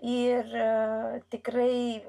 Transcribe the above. ir tikrai